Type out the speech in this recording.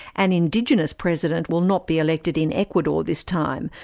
an indigenous president will not be elected in ecuador this time,